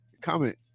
comment